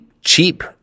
cheap